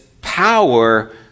power